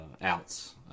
outs